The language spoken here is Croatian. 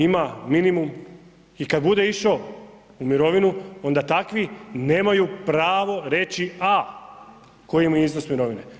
Ima minimum i kada bude išao u mirovinu onda takvi nemaju pravo reći a koji imaju iznos mirovine.